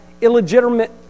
illegitimate